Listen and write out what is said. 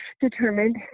determined